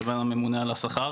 לבין הממונה על השכר